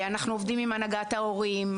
אנחנו עובדים עם הנהגת ההורים,